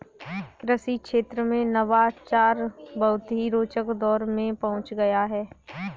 कृषि क्षेत्र में नवाचार बहुत ही रोचक दौर में पहुंच गया है